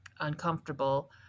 uncomfortable